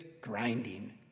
grinding